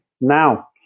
now